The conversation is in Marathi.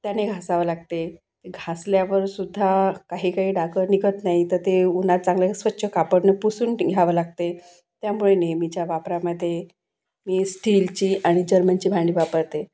त्याने घासावं लागते घासल्यावरसुद्धा काहीकाही डाग निघत नाही तर ते उन्हात चांगलं स्वच्छ कापडाने पुसून घ्यावं लागते त्यामुळे नेहमीच्या वापरामध्ये मी स्टीलची आणि जर्मनची भांडी वापरते